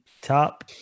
top